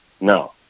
No